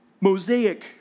Mosaic